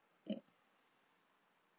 mm